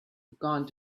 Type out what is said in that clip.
gone